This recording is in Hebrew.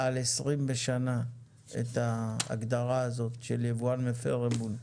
על 20 בשנה את ההגדרה הזאת של יבואן מפר אמון.